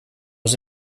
was